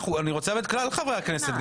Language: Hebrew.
אני רוצה את כלל חברי הכנסת.